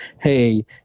Hey